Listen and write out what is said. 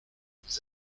nous